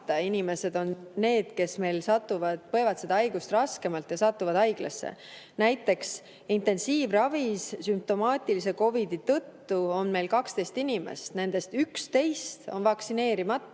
inimesed need, kes põevad seda haigust raskemalt ja satuvad haiglasse. Näiteks intensiivravis sümptomaatilise COVID-i tõttu on meil 12 inimest, kellest 11 on vaktsineerimata